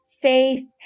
faith